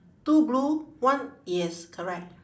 two blue one yes correct